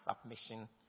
submission